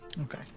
Okay